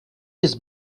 his